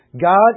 God